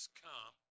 come